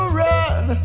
run